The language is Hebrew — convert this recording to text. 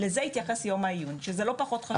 לזה התייחס יום העיון וזה לא פחות חשוב.